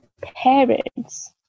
parents